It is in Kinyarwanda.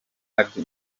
ati